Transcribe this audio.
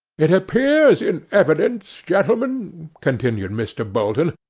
it appears in evidence, gentlemen continued mr. bolton,